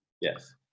Yes